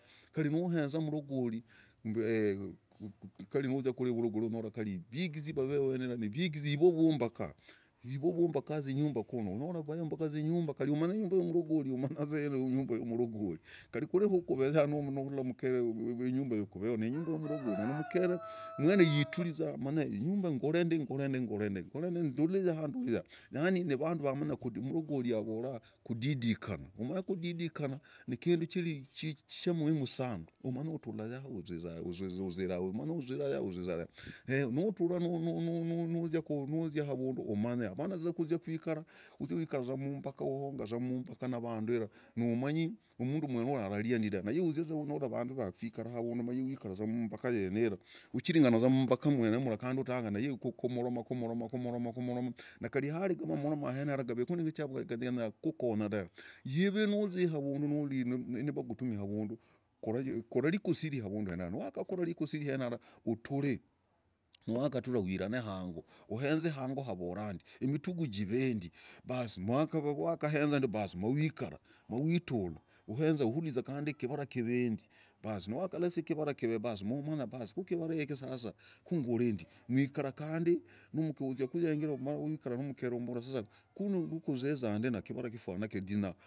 Kari nuzia kari ivurogori unyora ni vigizi ni vo vumbaka zinyumba kunu. Umanyi iyi ni inyumba ya murogori. Kari kunu kamakuveza nu mukere kunyumba ya kuveo. Ni mukere mwene yituriza amanye inyumba ngore ndi. Ndule yaha ndule yaha. Yaani ni vandu vamanya kudidikana ni kindu cha muhimu sana. Umanya tula yaha uziza yaha. Nuzia avundu umanye. Hapana kuzia kuikara na honga mumbaka na vandu ira nu manyi mundu ura ara ria ndi dah iwe uzii avandu unyora vandu vakuikara avundu na iwe uikara mumbaka mwene mra alafu utanga kumoroma. Na mang'ana vamoroma ganyara kukonya dave ive ni uzii avundu nivakitumi avundu. Kora kikusiri avundu ara. Nu kori kikusiri avundu ara uture. uirane hango. Uhenza hango havora ndi. Niwakhahenza ndio ma uhikara. Uuliza uhenza. kivara kivora ndi. Niwaka huliza, kivara kivora ndi waka huliza uvora. sasa kivara. ngore ndio. Muikara nu mukere wowo umbora ni wakuziza ndi na kivara kihenza ndi.